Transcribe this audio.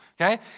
okay